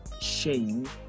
shame